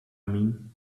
mean